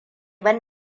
ban